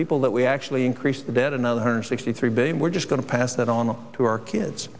people that we actually increase the debt another hundred sixty three billion we're just going to pass that on to our kids